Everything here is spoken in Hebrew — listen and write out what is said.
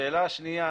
שאלה שנייה